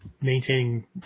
maintaining